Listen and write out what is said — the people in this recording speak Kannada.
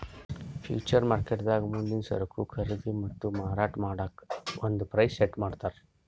ಫ್ಯೂಚರ್ ಮಾರ್ಕೆಟ್ದಾಗ್ ಮುಂದಿನ್ ಸರಕು ಖರೀದಿ ಮತ್ತ್ ಮಾರಾಟ್ ಮಾಡಕ್ಕ್ ಒಂದ್ ಪ್ರೈಸ್ ಸೆಟ್ ಮಾಡ್ತರ್